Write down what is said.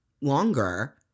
longer